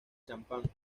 champán